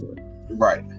right